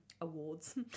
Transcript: awards